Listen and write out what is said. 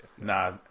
Nah